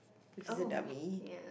this is a dummy